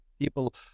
people